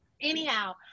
Anyhow